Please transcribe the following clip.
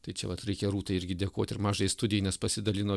tai čia vat reikia rūtai irgi dėkot ir mažai studijai nes pasidalino